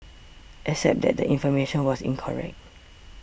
except that the information was incorrect